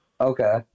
Okay